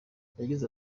yagize